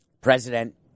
president